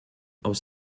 aus